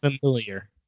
familiar